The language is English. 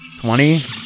twenty